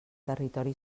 territori